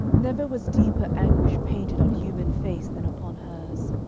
never was deeper anguish painted on human face than upon hers.